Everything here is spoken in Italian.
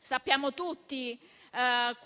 Sappiamo tutti